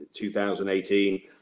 2018